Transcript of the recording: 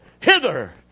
hither